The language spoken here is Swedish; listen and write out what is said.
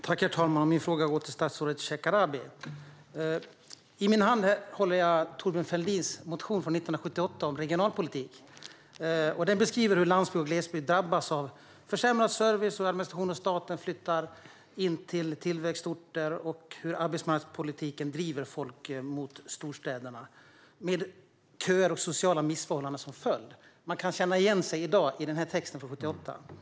Herr talman! Min fråga går till statsrådet Shekarabi. I min hand håller jag Thorbjörn Fälldins motion från 1978 om regionalpolitik. Den beskriver hur landsbygd och glesbygd drabbas av försämrad service då administrationen från staten flyttar in till tillväxtorter och hur arbetsmarknadspolitiken driver folk mot storstäderna med köer och sociala missförhållanden som följd. Man kan känna igen sig i dag i den här texten från 1978.